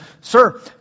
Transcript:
sir